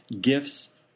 gifts